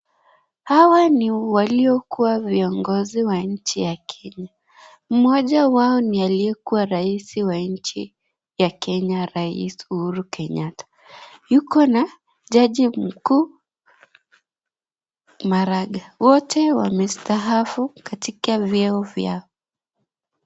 Hawa ni waliokuwa viongozi wa nchi ya Kenya. Mmoja wao ni aliyekuwa rais wa nchi ya Kenya, Rais Uhuru Kenyatta. Yuko na Jaji Mkuu Maraga. Wote wamestaafu katika vyeo vyao.